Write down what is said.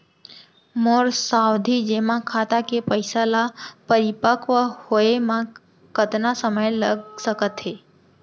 मोर सावधि जेमा खाता के पइसा ल परिपक्व होये म कतना समय लग सकत हे?